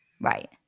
Right